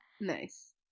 nice